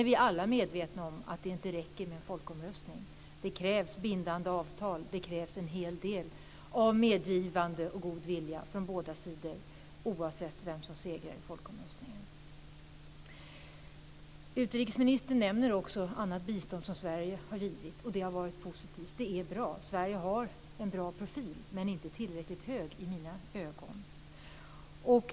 Vi är alla medvetna om att det inte räcker med en folkomröstning, utan det krävs bindande avtal och en hel del av medgivande och god vilja från båda sidor, oavsett vem som segrar i folkomröstningen. Utrikesministern nämner också annat bistånd som Sverige har givit, och det har varit positivt. Det är bra, och Sverige har en bra profil, men inte tillräckligt hög i mina ögon.